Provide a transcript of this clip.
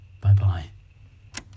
Bye-bye